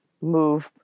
move